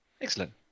excellent